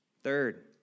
Third